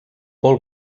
paul